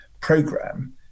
program